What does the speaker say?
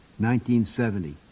1970